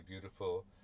beautiful